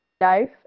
life